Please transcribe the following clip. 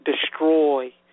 destroy